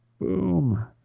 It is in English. Boom